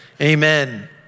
amen